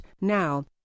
now